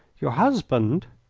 your husband!